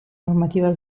normativa